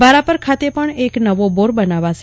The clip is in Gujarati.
ભારાપર ખાતે પણ એક નવો બોર બનાવાશે